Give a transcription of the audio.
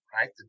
right